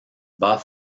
bat